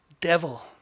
Devil